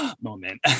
moment